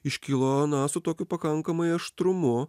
iškilo na su tokiu pakankamai aštrumu